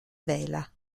vela